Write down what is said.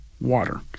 water